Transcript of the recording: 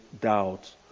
doubt